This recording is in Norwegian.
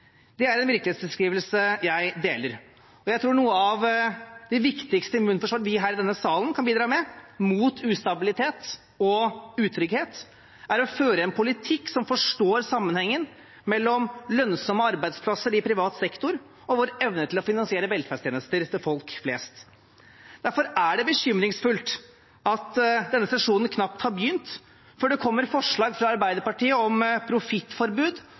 Det er en virkelighetsbeskrivelse jeg deler. Jeg tror noe av det viktigste immunforsvaret mot ustabilitet og utrygghet vi her i denne salen kan bidra med, er å føre en politikk der en forstår sammenhengen mellom lønnsomme arbeidsplasser i privat sektor og vår evne til å finansiere velferdstjenester til folk flest. Derfor er det bekymringsfullt at denne sesjonen knapt har begynt før det kommer forslag fra Arbeiderpartiet om profittforbud